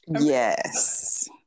Yes